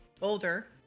older